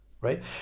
right